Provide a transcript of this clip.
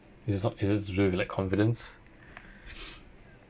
it's not is it to do with like confidence